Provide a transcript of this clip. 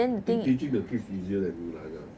I think the teaching the kids easier than me lah dear